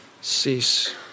cease